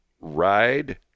Ride